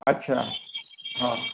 अच्छा हा